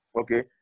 okay